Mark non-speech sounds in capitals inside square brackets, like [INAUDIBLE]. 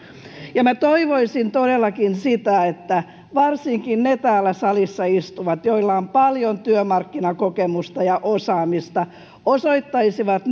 minä toivoisin todellakin sitä että varsinkin ne täällä salissa istuvat joilla on paljon työmarkkinakokemusta ja osaamista osoittaisivat [UNINTELLIGIBLE]